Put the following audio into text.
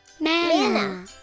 Manna